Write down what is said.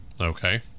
Okay